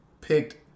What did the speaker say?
picked